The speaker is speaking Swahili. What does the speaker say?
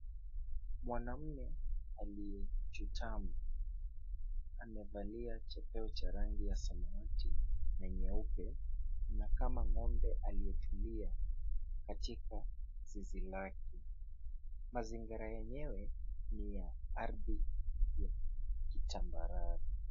Mwanamume aliyechutamaa amevalia chepeo cha rangi ya samawati na nyeupe. Anakama ng'ombe aliyetulia katika zizi lake, Mazingira yenyewe ni ya ardhi ya kitambarare.